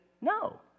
no